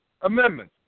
amendment